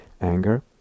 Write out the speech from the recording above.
anger